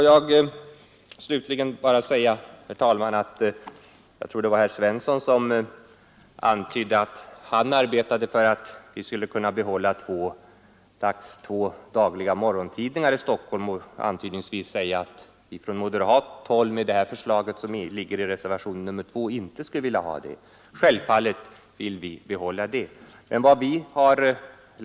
Jag tror det var herr Svensson i Eskilstuna som antydde att han arbetade för att man skulle behålla två dagliga morgontidningar i Stockholm och att vi från moderat håll med det här förslaget som ligger i reservationen 2 inte skulle vilja det. Självfallet vill vi behålla två sådana tidningar i Stockholm.